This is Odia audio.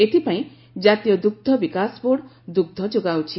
ଏଥିପାଇଁ ଜାତୀୟ ଦୁଗ୍ଧ ବିକାଶ ବୋର୍ଡ୍ ଦୁଗ୍ର ଯୋଗାଉଛି